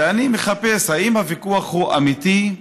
ואני מחפש: האם הוויכוח הוא אמיתי?